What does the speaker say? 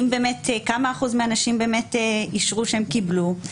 כמה אחוז מאנשים באמת אישרו שהם קיבלו.